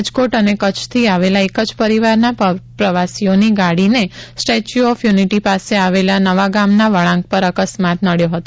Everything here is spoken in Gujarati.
રાજકોટ અને કચ્છથી આવેલા એક જ પરિવારના પ્રવાસીઓની ગાડીને સ્ટેચ્યૂ ઓફ યૂનિટી પાસે આવેલા નવાગામના વળાંક પર અકસ્માત નડયો હતો